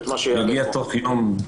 יגיע עוד היום.